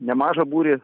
nemažą būrį